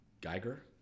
Geiger